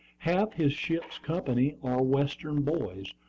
half his ship's company are western boys,